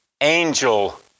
angel